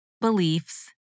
beliefs